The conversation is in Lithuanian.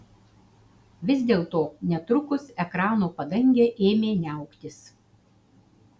vis dėlto netrukus ekrano padangė ėmė niauktis